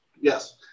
Yes